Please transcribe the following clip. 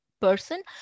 person